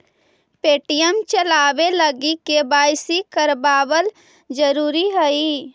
Paytm चलाबे लागी KYC करबाबल जरूरी हई